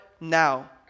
now